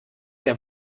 der